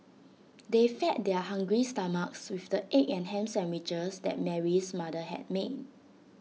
they fed their hungry stomachs with the egg and Ham Sandwiches that Mary's mother had made